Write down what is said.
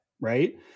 right